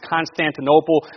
Constantinople